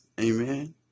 Amen